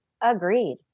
Agreed